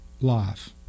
life